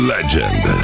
Legend